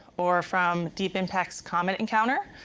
or from deep impact's comet encounter,